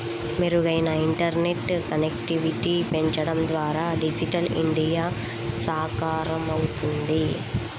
మెరుగైన ఇంటర్నెట్ కనెక్టివిటీని పెంచడం ద్వారా డిజిటల్ ఇండియా సాకారమవుద్ది